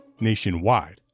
nationwide